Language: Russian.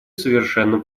совершенно